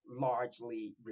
largely